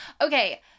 Okay